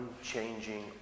unchanging